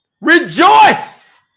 rejoice